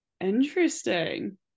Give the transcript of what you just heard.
Interesting